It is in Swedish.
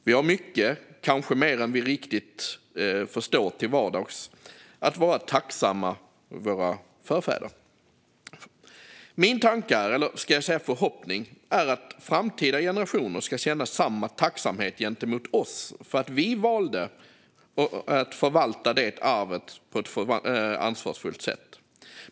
Vi har mycket, kanske mer än vi riktigt förstår till vardags, att vara våra förfäder tacksamma för. Min tanke, eller förhoppning, är att framtida generationer ska känna samma tacksamhet gentemot oss för att vi valde att förvalta det arvet på ett ansvarsfullt sätt.